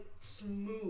smooth